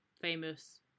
famous